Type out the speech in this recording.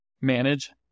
manage